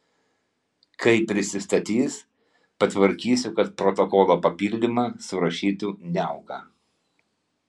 kai prisistatys patvarkysiu kad protokolo papildymą surašytų niauka